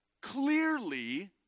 clearly